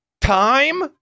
time